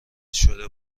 شده